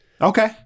Okay